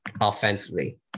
offensively